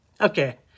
Okay